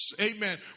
Amen